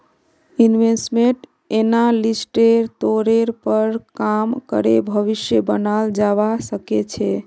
investment एनालिस्टेर तौरेर पर काम करे भविष्य बनाल जावा सके छे